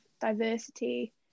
diversity